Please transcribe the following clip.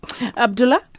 Abdullah